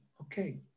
okay